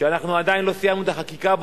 שאנחנו לא סיימנו את החקיקה שלו,